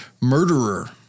murderer